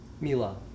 Mila